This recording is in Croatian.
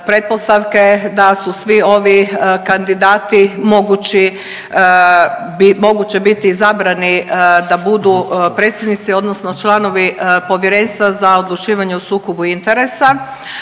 da su svi ovi kandidati mogući, moguće biti zabrani da budu predsjednici odnosno članovi Povjerenstva za odlučivanju o sukobu interesa